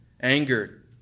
angered